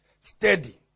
Steady